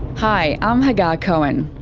hi, i'm hagar cohen.